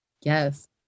Yes